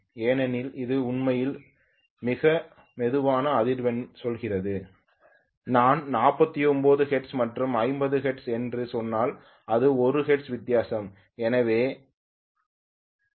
ஏனெனில் இது உண்மையில் மிக மெதுவான அதிர்வெண்ணில் செல்கிறது நான் 49 ஹெர்ட்ஸ் மற்றும் 50 ஹெர்ட்ஸ் என்று சொன்னால் அது 1 ஹெர்ட்ஸ் வித்தியாசம்